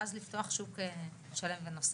ואז לפתוח שוק שלם ונוסף.